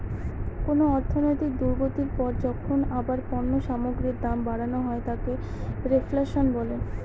কোন অর্থনৈতিক দুর্গতির পর যখন আবার পণ্য সামগ্রীর দাম বাড়ানো হয় তাকে রেফ্ল্যাশন বলে